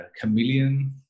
chameleon